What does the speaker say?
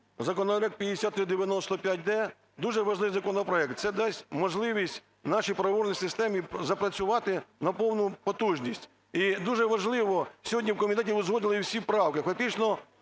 законопроект 5395-д дуже важливий законопроект, це дасть можливість нашій правовій системі запрацювати на повну потужність. І дуже важливо, сьогодні в комітеті узгодили всі правки,